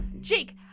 Jake